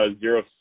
zero